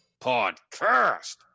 podcast